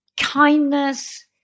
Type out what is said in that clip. kindness